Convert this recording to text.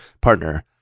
partner